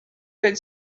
good